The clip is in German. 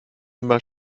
immer